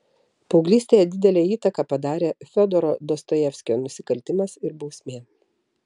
paauglystėje didelę įtaką padarė fiodoro dostojevskio nusikaltimas ir bausmė